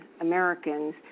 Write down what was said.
Americans